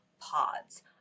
pods